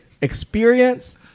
Experience